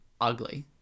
ugly